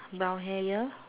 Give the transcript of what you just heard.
brown hair here